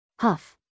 Huff